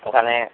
ওখানে